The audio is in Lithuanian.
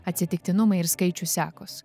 atsitiktinumai ir skaičių sekos